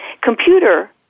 computer